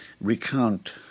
recount